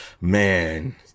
man